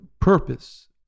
purpose